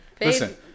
Listen